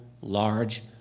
large